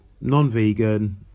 non-vegan